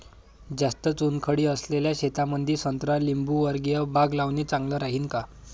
जास्त चुनखडी असलेल्या शेतामंदी संत्रा लिंबूवर्गीय बाग लावणे चांगलं राहिन का?